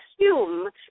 assume